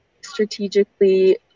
strategically